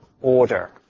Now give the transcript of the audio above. order